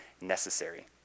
necessary